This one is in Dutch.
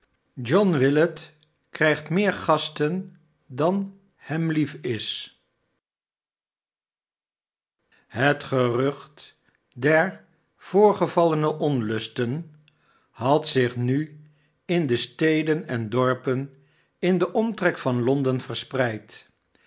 john willet krijgt meer gasten dan hem lief is het gerucht der voorgevallene onlusten had zich nu in de steden en dorpen m den omtrek van londen verspreid